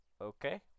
Okay